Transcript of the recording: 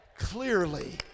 Clearly